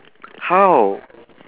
how